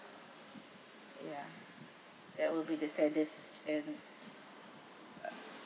ya that will be the saddest and ugh